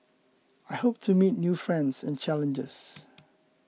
I hope to meet new friends and challenges